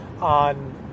on